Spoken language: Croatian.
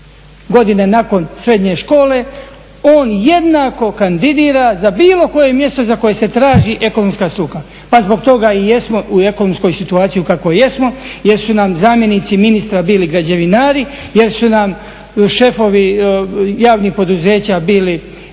godine nakon srednje škole on jednako kandidira za bilo koje mjesto za koje se traži ekonomska struka. Pa zbog toga i jesmo u ekonomskoj situaciji u kakvoj jesmo jer su nam zamjenici ministra bili građevinari, jer su nam šefovi javnih poduzeća bili